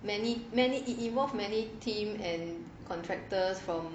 many many involve many team and contractors from